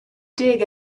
dig